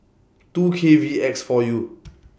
two K V X four U